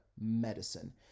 medicine